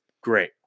great